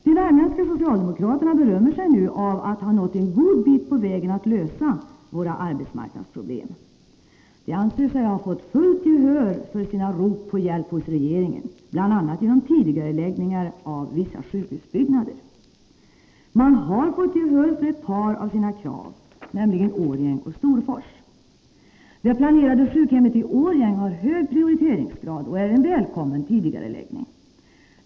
De värmländska socialdemokraterna berömmer sig nu av att ha nått en god bit på vägen att lösa våra arbetsmarknadsproblem. De anser sig också ha fått fullt gehör för sina rop på hjälp hos regeringen, bl.a. genom tidigareläggning av vissa sjukhusbyggnader. Man har fått gehör för ett par av sina krav, nämligen Årjäng och Storfors. Det planerade sjukhemmet i Årjäng har hög prioriteringsgrad och är en välkommen tidigareläggning.